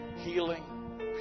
healing